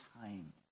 time